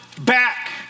back